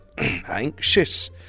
Anxious